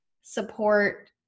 support